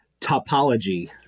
Topology